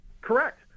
Correct